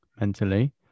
mentally